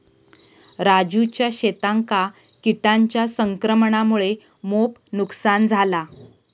राजूच्या शेतांका किटांच्या संक्रमणामुळा मोप नुकसान झाला